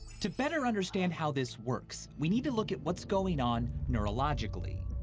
to better understand how this works, we need to look at what's going on neurologically.